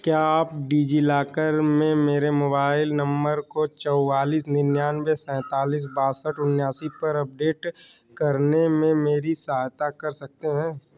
क्या आप डिजिलॉकर में मेरे मोबाइल नम्बर को चौवालीस निन्यानबे सैंतालीस बासठ उनयासी पर अपडेट करने में मेरी सहायता कर सकते हैं